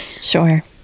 Sure